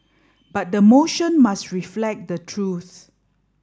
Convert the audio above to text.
but the motion must reflect the truth